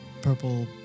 purple